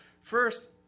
first